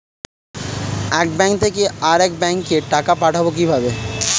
এক ব্যাংক থেকে আরেক ব্যাংকে টাকা পাঠাবো কিভাবে?